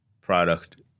product